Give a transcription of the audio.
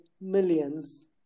millions